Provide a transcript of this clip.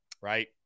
Right